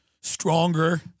stronger